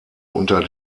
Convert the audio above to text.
unter